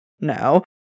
No